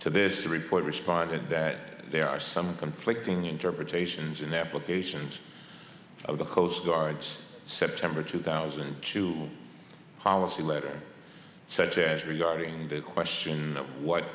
to this report responded that there are some conflicting interpretations in applications of the coast guard september two thousand to policy letter such as regarding the question of what